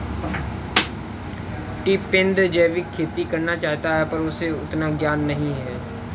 टिपेंद्र जैविक खेती करना चाहता है पर उसे उतना ज्ञान नही है